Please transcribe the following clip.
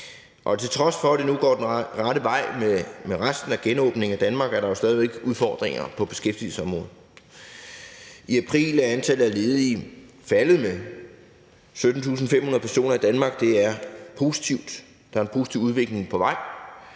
Til trods for at det nu går den rette vej med resten af genåbningen af Danmark, er der jo stadig væk udfordringer på beskæftigelsesområdet. I april er antallet af ledige faldet med 17.500 personer i Danmark. Det er positivt, og der er en positiv udvikling på vej.